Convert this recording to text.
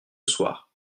soir